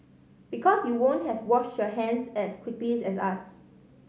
because you won't have wash your hands as quickly as us